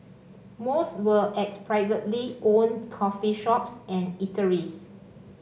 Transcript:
most were at privately owned coffee shops and eateries